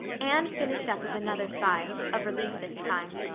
anne finished up with another sigh, of relief this time.